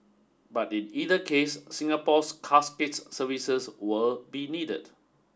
but it either case Singapore's Casket's services will be needed